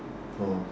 oh